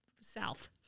South